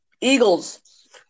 Eagles